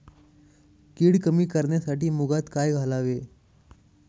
कीड कमी करण्यासाठी मुगात काय घालावे?